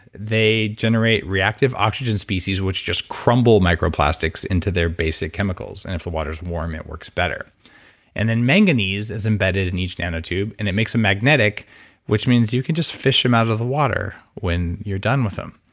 they generate reactive oxygen species which just crumble microplastics into their basic chemicals, and if the water's warm it works better and then manganese is embedded in each nanotube and it makes it magnetic which means you can just fish them out of the water when you're done with them.